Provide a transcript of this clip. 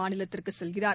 மாநிலத்திற்கு செல்கிறார்